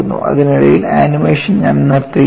അതിനിടയിലുള്ള animation ഞാൻ നിർത്തുകയാണ്